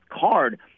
card